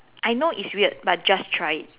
I know it's weird but just try it